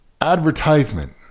advertisement